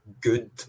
good